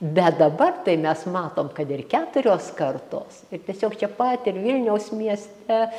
bet dabar tai mes matom kad ir keturios kartos ir tiesiog čia pat ir vilniaus mieste